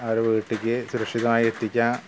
അവരെ വീട്ടിലേക്ക് സുരക്ഷിതമായി എത്തിക്കുക